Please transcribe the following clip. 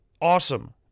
awesome